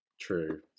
True